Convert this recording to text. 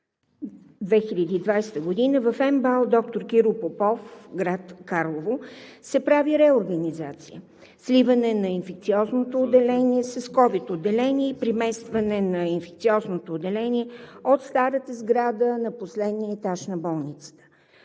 2020 г. в МБАЛ „Д-р Киро Попов“, град Карлово, се прави реорганизация – сливане на инфекциозното отделение с COVID отделение и преместване на инфекциозното отделение от старата сграда на последния етаж на болницата.